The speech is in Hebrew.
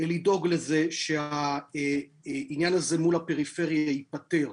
לדאוג לזה שהעניין הזה מול הפריפריה ייפתר.